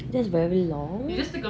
that's very long